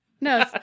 no